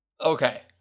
Okay